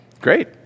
Great